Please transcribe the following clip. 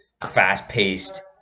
fast-paced